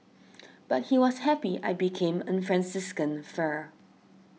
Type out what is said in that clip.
but he was happy I became a Franciscan friar